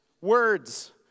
Words